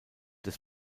des